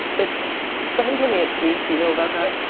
is somebody getting me a tea, do you know about that?